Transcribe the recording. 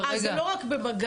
אז זה לא רק במג"ב?